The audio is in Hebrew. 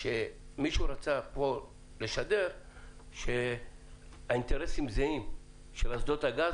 שמישהו רצה פה לשדר שהאינטרסים זהים של אסדות הגז